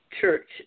Church